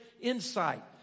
insight